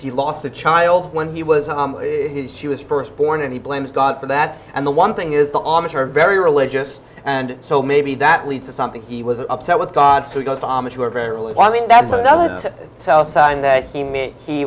he lost a child when he was she was first born and he blames god for that and the one thing is the amish are very religious and so maybe that leads to something he was upset with god so he goes to amish who are very early on i think that's another